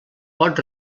pot